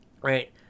right